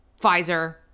Pfizer